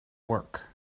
work